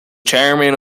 chairman